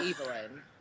Evelyn